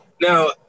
Now